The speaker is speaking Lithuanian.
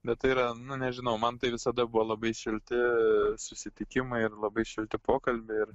bet tai yra nu nežinau man tai visada buvo labai šilti susitikimai ir labai šilti pokalbiai ir